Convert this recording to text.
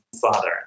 father